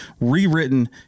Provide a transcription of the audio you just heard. rewritten